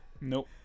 Nope